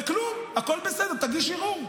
וכלום הכול בסדר, תגיש ערעור.